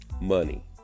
Money